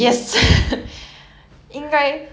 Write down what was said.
okay okay